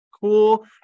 cool